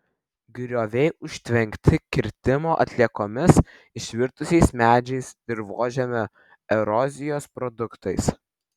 grioviai užtvenkti kirtimo atliekomis išvirtusiais medžiais dirvožemio erozijos produktais